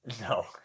No